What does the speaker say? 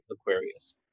Aquarius